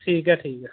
ठीक ऐ ठीक ऐ